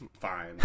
fine